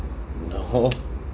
no